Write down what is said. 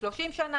30 שנים?